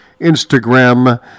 Instagram